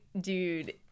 dude